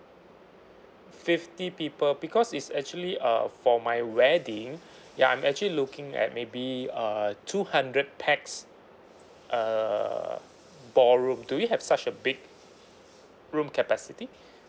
fifty people because it's actually uh for my wedding ya I'm actually looking at maybe uh two hundred pax uh ballroom do you have such a big room capacity